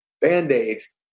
Band-Aids